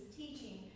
teaching